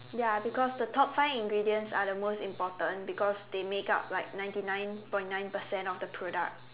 ya because the top five ingredients are the most important because they make up like ninety nine point nine percent of the product